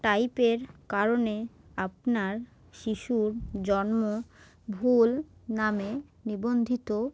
টাইপের কারণে আপনার শিশুর জন্ম ভুল নামে নিবন্ধিত